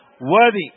worthy